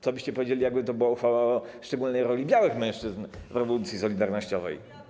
Co byście powiedzieli, jakby to była uchwała o szczególnej roli białych mężczyzn w rewolucji solidarnościowej?